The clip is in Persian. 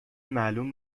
معلوم